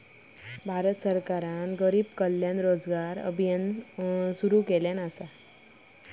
भारत सरकारने गरीब कल्याण रोजगार अभियान उपक्रम सुरू केला असा